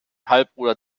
halbbruder